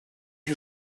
you